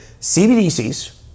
CBDCs